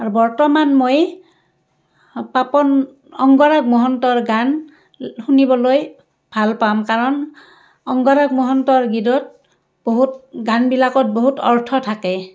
আৰু বৰ্তমান মই পাপন অংগৰাগ মহন্তৰ গান শুনিবলৈ ভাল পাম কাৰণ অংগৰাগ মহন্তৰ গীতত বহুত গানবিলাকত বহুত অৰ্থ থাকে